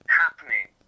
happening